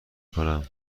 کنم